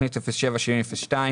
תוכנית 077002